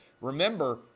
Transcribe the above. Remember